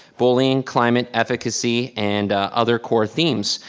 bullying, climate, efficacy, and other core themes.